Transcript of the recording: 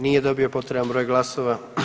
Nije dobio potreban broj glasova.